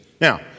Now